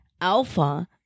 Alpha